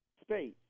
space